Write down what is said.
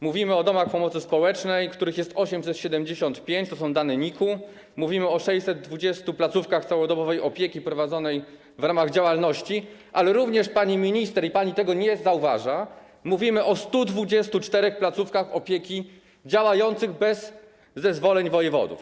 Mówimy o domach pomocy społecznej, których jest 875 - to są dane NIK-u - mówimy o 620 placówkach całodobowej opieki prowadzonej w ramach działalności, ale również, pani minister, i pani tego nie zauważa, mówimy o 124 placówkach opieki działających bez zezwoleń wojewodów.